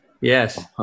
Yes